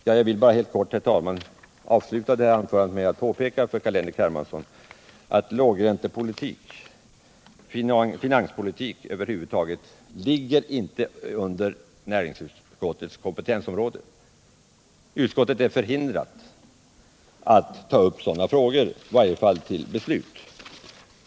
Jag vill avsluta det här anförandet med att helt kort påpeka för Carl-Henrik Hermansson att lågräntepolitik och finanspolitik över huvud taget inte ligger inom näringsutskottets kompetensområde. Utskottet är förhindrat att ta upp sådana frågor, i varje fall till beslut.